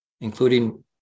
including